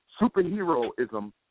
Superheroism